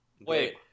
Wait